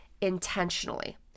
intentionally